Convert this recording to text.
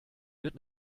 wird